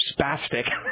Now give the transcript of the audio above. spastic